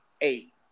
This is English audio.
eight